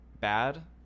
bad